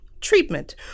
Treatment